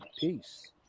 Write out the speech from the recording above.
peace